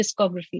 discography